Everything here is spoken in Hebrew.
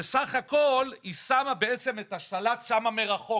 שסך הכול היא שמה בעצם את השלט מרחוק,